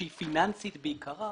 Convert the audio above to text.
שהיא פיננסית בעיקרה,